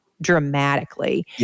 dramatically